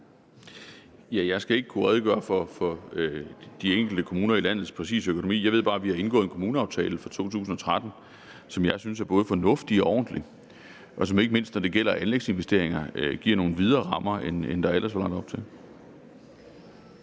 Jeg skal ikke præcis kunne redegøre for de enkelte kommuner i forhold til landets økonomi. Jeg ved bare, at vi har indgået en kommuneaftale for 2013, som jeg synes er både fornuftig og ordentlig, og som ikke mindst, når det gælder anlægsinvesteringer, giver nogle videre rammer, end der ellers var lagt op til.